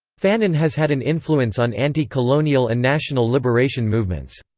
fanon has had an influence on anti-colonial and national liberation movements.